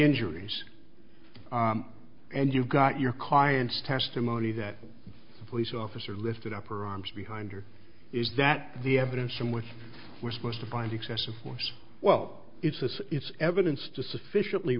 injuries and you've got your clients testimony that the police officer lifted up her arms behind her is that the evidence from which we're supposed to find excessive force well if this is evidence to sufficiently